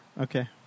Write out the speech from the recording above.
Okay